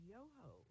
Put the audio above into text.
Yoho